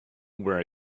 where